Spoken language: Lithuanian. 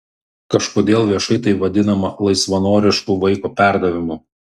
kažkodėl viešai tai vadinama laisvanorišku vaiko perdavimu